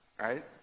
right